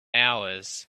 hours